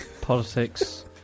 Politics